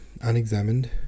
unexamined